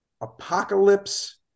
apocalypse